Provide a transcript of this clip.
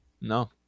No